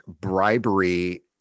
bribery